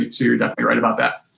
you're definitely right about that.